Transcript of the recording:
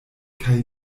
kaj